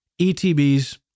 ETBs